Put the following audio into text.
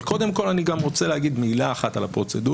אבל קודם כל אני גם רוצה להגיד מילה אחת על הפרוצדורה.